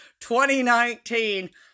2019